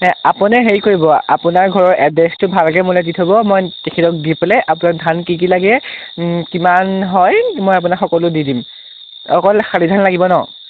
আপুনি হেৰি কৰিব আপোনাৰ ঘৰৰ এড্ৰেছটো ভালকৈ মোলৈ দি থ'ব মই তেখেতক দি পেলাই আপোনাক ধান কি কি লাগে কিমান হয় মই আপোনাক সকলো দি দিম অকল শালি ধান লাগিব ন